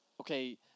Okay